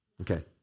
Okay